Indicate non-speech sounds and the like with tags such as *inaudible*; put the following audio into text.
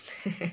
*laughs*